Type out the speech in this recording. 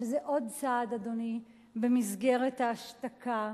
אבל זה עוד צעד, אדוני, במסגרת ההשתקה,